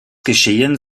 geschehen